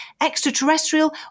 extraterrestrial